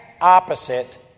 opposite